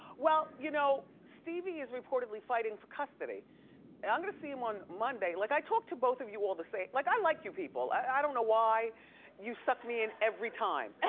well you know, stevie is reportedly fighting for custody. and i'm gonna see him on monday. like i talk to both of you all the same. like i like you people, i don't know why you suck me in every time. and